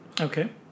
Okay